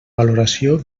valoració